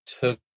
took